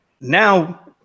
now